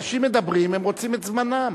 אנשים מדברים, הם רוצים את זמנם.